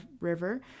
River